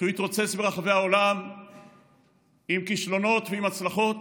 כשהוא מתרוצץ ברחבי העולם עם כישלונות ועם הצלחות,